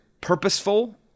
purposeful